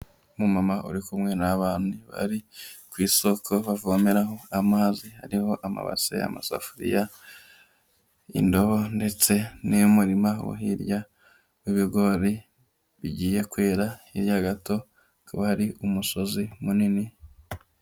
Umamama uri kumwe n'abana, bari ku isoko bavomeraho amazi, hariho amabase, amasafuriya, indobo, ndetse n'umurima wo hirya w'ibigori, bigiye kwera hirya gato, akaba ari umusozi munini.